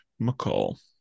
McCall